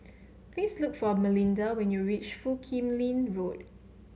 please look for Melinda when you reach Foo Kim Lin Road